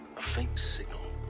a faint signal